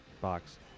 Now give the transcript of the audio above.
box